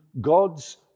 God's